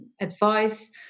advice